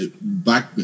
back